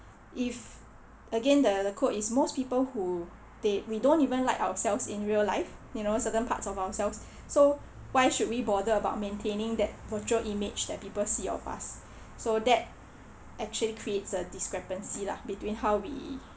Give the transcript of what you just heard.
if again the the quote is most people who they we don't even like ourselves in real life you know certain parts of ourselves so why should we bother about maintaining that virtual image that people see of us so that actually creates a discrepancy lah between how we